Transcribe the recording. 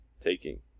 taking